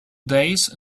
days